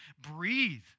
breathe